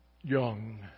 young